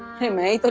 hey! but